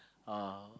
uh